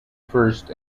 first